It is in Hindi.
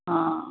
हाँ